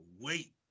wait